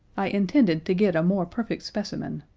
i intended to get a more perfect specimen.